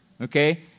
Okay